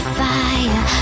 fire